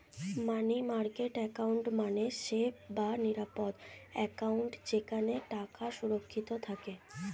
মানি market account মানে safe বা নিরাপদ অ্যাকাউন্ট যেখানে টাকা সুরক্ষিত থাকে